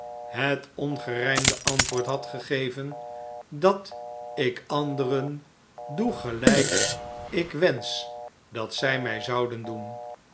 het ongeriimde antwoord had gegeven dat ik anderen doe gelijk ik wensch dat zij mij zouden doen